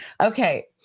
Okay